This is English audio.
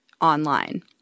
online